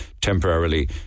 temporarily